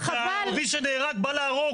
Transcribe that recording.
אוסאמה, הערבי שנהרג בא להרוג.